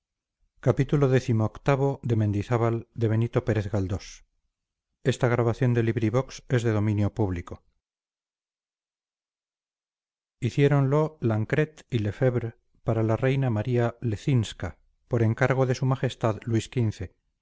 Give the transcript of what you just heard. hiciéronlo lancret y lefebvre para la reina maría leczinska por encargo de su majestad luis